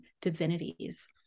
divinities